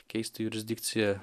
keisti jurisdikciją